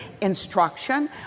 instruction